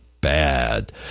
bad